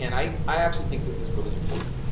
and i i actually think this is really important,